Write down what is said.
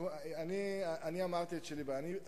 אני אמרתי את שלי בעניין,